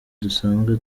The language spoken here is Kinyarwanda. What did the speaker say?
dusanzwe